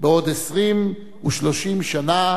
בעוד 20 ו-30 שנה,